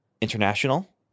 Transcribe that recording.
International